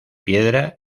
piedra